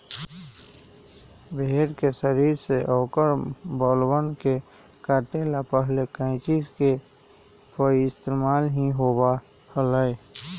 भेड़ के शरीर से औकर बलवन के काटे ला पहले कैंची के पइस्तेमाल ही होबा हलय